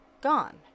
gone